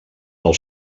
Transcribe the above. del